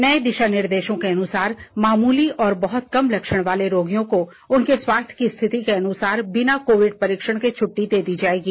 नए दिशा निर्देशों के अनुसार मामूली और बहुत कम लक्षण वाले रोगियों को उनके स्वास्थ्य की स्थिति के अनुसार बिना कोविंड परीक्षण के छुट्टी दे दी जाएगी